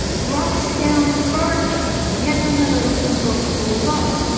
drops down further to yet another open book below,